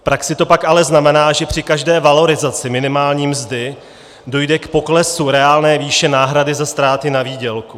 V praxi to pak ale znamená, že při každé valorizaci minimální mzdy dojde k poklesu reálné výše náhrady za ztráty na výdělku.